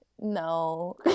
no